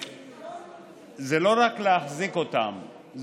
וזה לא רק להחזיק אותם,